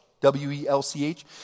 W-E-L-C-H